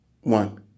One